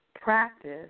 practice